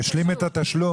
והשלים את התשלום.